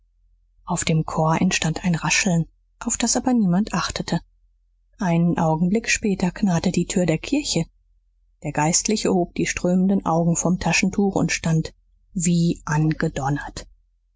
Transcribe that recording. auf dem chor entstand ein rascheln auf das aber niemand achtete einen augenblick später knarrte die tür der kirche der geistliche hob die strömenden augen vom taschentuch und stand wie angedonnert